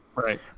Right